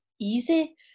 easy